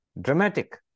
dramatic